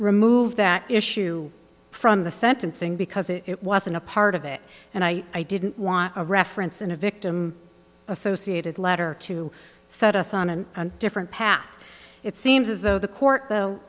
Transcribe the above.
remove that issue from the sentencing because it wasn't a part of it and i didn't want a reference in a victim associated letter to set us on a different path it seems as though the court though